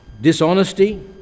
dishonesty